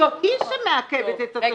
זו היא שמעכבת את התשלום.